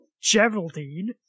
Geraldine